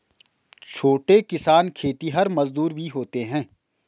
छोटे किसान खेतिहर मजदूर भी होते हैं